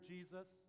Jesus